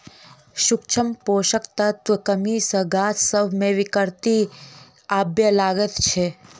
सूक्ष्म पोषक तत्वक कमी सॅ गाछ सभ मे विकृति आबय लागैत छै